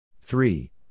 Three